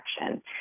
action